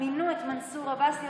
מינו את מנסור עבאס להיות